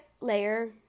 layer